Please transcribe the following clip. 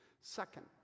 Second